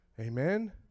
Amen